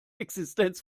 existenz